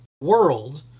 world